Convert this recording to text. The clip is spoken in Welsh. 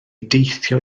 deithio